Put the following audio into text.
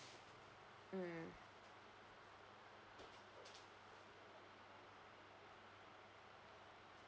mm